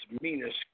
meanest